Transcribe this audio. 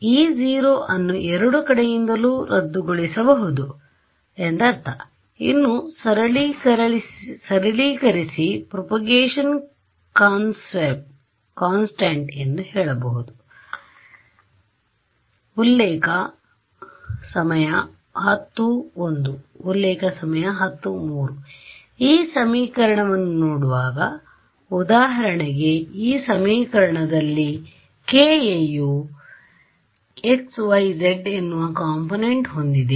E0 ಅನ್ನು ಎರಡೂ ಕಡೆಯಿಂದಲೂ ರದ್ದುಗೊಳಿಸಬಹುದು ಎಂದರ್ಥ ಇನ್ನು ಸರಳೀಕರಿಸಿ ಪ್ರೊಪಗೇಶನ್ ಕಾನ್ಸ್ಟಾನ್ಟ್ ಎಂದು ಹೇಳಬಹುದು ಈ ಸಮೀಕರಣವನ್ನು ನೋಡುವಾಗ ಉದಾಹರಣೆಗೆ ಈ ಸಮೀಕರಣದಲ್ಲಿ ki ಯು xyz ಎನ್ನುವ ಕೊಂಪೊನೆನ್ಟ್ ಹೊಂದಿದೆ